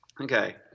Okay